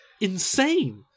insane